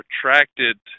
attracted